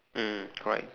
mm correct